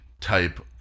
type